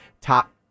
top